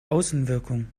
außenwirkung